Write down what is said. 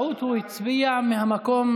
מה המתווה?